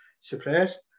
suppressed